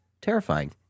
terrifying